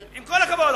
עם כל הכבוד,